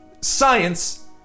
science